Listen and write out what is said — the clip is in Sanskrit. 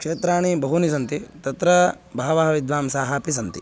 क्षेत्राणि बहूनि सन्ति तत्र बहवः विद्वांसाः अपि सन्ति